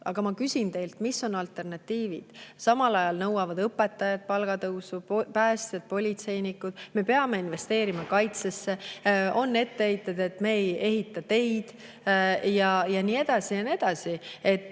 Aga ma küsin teilt, mis on alternatiivid. Samal ajal nõuavad õpetajad palgatõusu, päästjad ja politseinikud ka, me peame investeerima kaitsesse, on etteheited, et me ei ehita teid, ja nii edasi. Hea